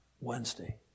Wednesday